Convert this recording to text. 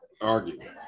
argument